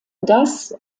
das